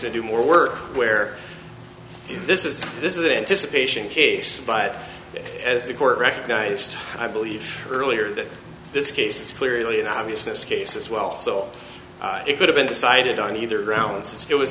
and do more work where this is this is an anticipation case but as the court recognized i believe earlier that this case it's clearly an obvious this case as well so it could have been decided on either grounds it